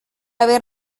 haber